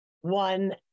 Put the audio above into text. one